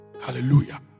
Hallelujah